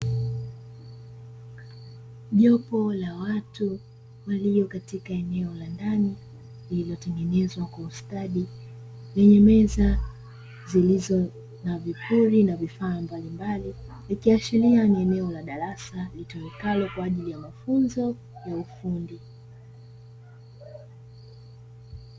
Jopo la watu walio katika eneo la ndani lililotengenezwa kwa ustadi lenye meza zilizo na vipuri na vifaa mbalimbali, ikiashiri ni eneo la darasa litumikalo kwa ajili ya mafunzo ya ufundi.